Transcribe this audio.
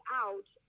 out